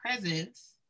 presence